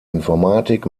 informatik